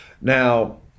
Now